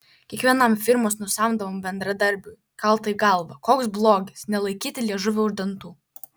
kiekvienam firmos nusamdomam bendradarbiui kalta į galvą koks blogis nelaikyti liežuvio už dantų